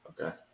Okay